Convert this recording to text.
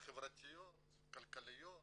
חברתיות כלכליות,